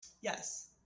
Yes